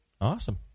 Awesome